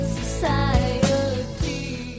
society